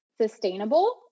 sustainable